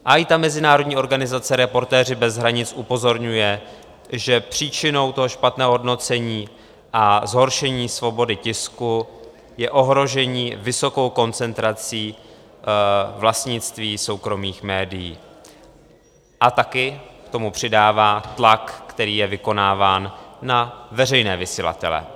A i ta mezinárodní organizace Reportéři bez hranic upozorňuje, že příčinou toho špatného hodnocení a zhoršení svobody tisku je ohrožení vysokou koncentrací vlastnictví soukromých médií, a také k tomu přidává tlak, který je vykonáván na veřejné vysílatele.